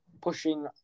pushing